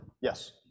yes